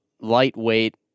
lightweight